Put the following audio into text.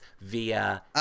via